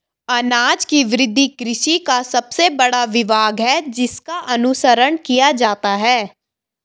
अनाज की वृद्धि कृषि का सबसे बड़ा विभाग है जिसका अनुसरण किया जाता है